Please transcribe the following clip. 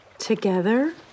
Together